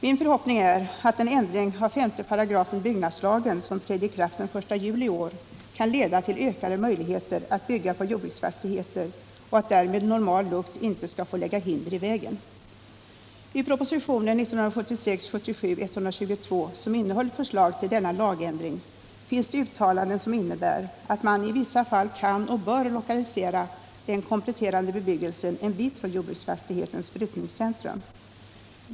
Min förhoppning är att den ändring av 5 § byggnadslagen som trädde i kraft den 1 juli i år kan leda till ökade möjligheter att bygga på jordbruksfastigheter och att därvid normal lukt inte skall få lägga hinder i vägen. I proposition 1976/77:122, som innehöll förslag till denna lagändring, finns det uttalanden som innebär att man i vissa fall kan och bör lokalisera den kompletterande bebyggelsen en bit ifrån jordbruksfastighetens brukningscentrum.